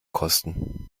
kosten